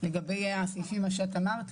לגבי סעיף 200(א).